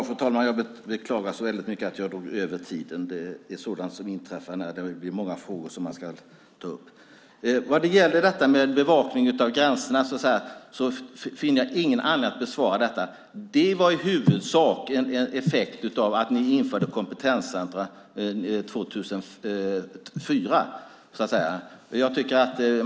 Fru talman! Vad gäller bevakningen av gränserna finner jag ingen anledning att bemöta det. Det är i huvudsak en effekt av att man införde kompetenscentrum år 2004.